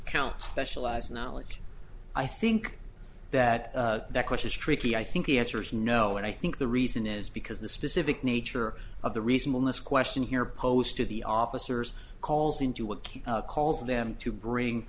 account specialized knowledge i think that that question is tricky i think the answer is no and i think the reason is because the specific nature of the reasonableness question here posed to the officers calls into what keep calls them to bring